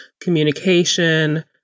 communication